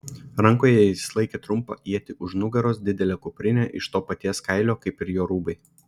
rankoje jis laikė trumpą ietį už nugaros didelė kuprinė iš to paties kailio kaip ir jo rūbai